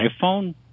iPhone